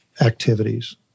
activities